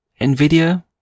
Nvidia